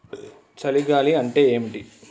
చలి గాలి అంటే ఏమిటి?